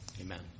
Amen